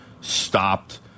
stopped